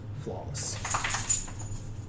flawless